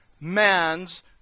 man's